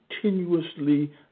continuously